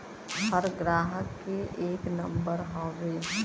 हर ग्राहक के एक नम्बर हउवे